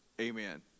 Amen